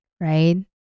Right